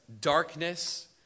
darkness